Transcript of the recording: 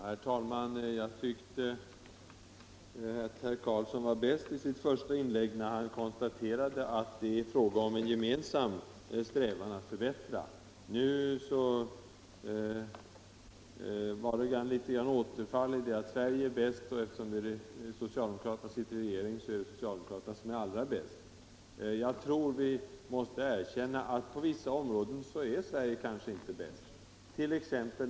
Herr talman! Jag tyckte att herr Karlsson i Huskvarna var bäst i sitt första inlägg när han konstaterade att det är frågan om en gemensam strävan att förbättra. Nu fick han ett återfall i resonemanget om att Sverige är bäst, och eftersom socialdemokraterna sitter i regeringen, är socialdemokraterna allra bäst. Vi måste ändå erkänna att Sverige på vissa områden inte är bäst.